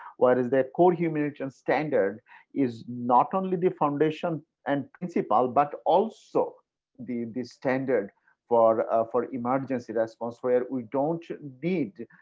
what is the core humanitarian standard is not only the foundation and principle, but also the the standard for for emergency response where we don't need